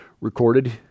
recorded